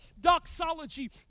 doxology